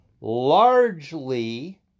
largely